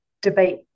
debate